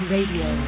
Radio